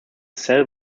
cell